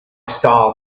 style